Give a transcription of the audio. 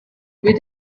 with